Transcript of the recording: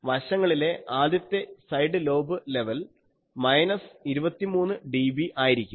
വശങ്ങളിലെ ആദ്യത്തെ side lobe level minus 23 dB ആയിരിക്കും